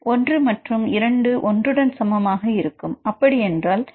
1 மற்றும் 2 ஒன்றுடன் சமமாக இருக்கும் அப்படி என்றால் அங்கு 1 4